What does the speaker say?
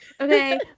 Okay